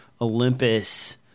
Olympus